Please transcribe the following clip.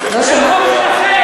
זה החוק שלכם,